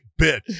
bitch